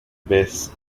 bass